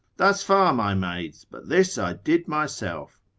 thus far my maids, but this i did myself.